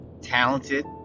talented